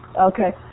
Okay